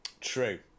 True